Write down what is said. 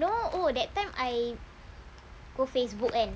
no oh that time I go facebook kan